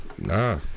Nah